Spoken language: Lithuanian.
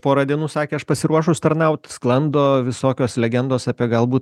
porą dienų sakė aš pasiruošus tarnaut sklando visokios legendos apie galbūt